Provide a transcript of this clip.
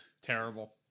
Terrible